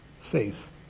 faith